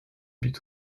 but